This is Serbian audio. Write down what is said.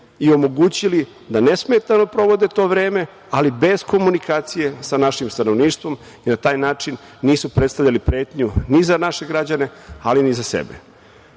i omogućili da nesmetano provode to vreme, ali bez komunikacije sa našim stanovništvom i na taj način nisu predstavljali pretnju ni za naše građane, ali ni za sebe. Vlada